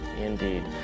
Indeed